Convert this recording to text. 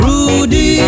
Rudy